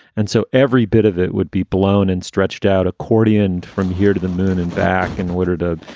and so every bit of it would be blown and stretched out accordian from here to the moon and back in order to,